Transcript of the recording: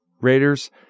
Raiders